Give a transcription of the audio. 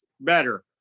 better